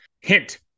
Hint